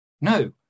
No